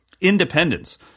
independence